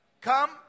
come